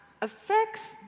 Affects